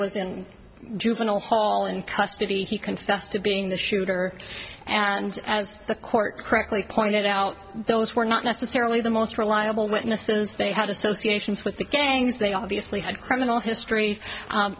was in juvenile hall in custody he confessed to being the shooter and as the court correctly pointed out those were not necessarily the most reliable witnesses they had associations with the gangs they obviously had criminal history